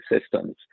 systems